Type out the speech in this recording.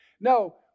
No